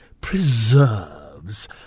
preserves